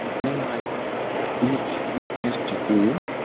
may i may we ask to whom?